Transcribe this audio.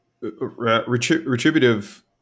retributive